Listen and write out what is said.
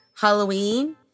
Halloween